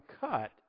cut